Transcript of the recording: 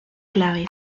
claves